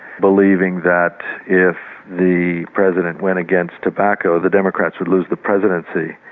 believing that if the president went against tobacco, the democrats would lose the presidency,